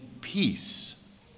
peace